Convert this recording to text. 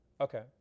okay